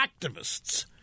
activists